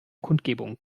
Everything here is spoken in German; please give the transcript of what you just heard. kundgebung